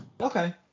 Okay